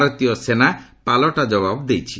ଭାରତୀୟ ସେନା ପାଲଟା ଜବାବ୍ ଦେଇଛି